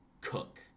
cook